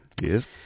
Yes